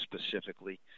specifically